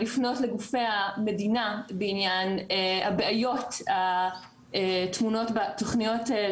לפנות לגופי המדינה בעניין הבעיות הטמונות בתוכניות האלה,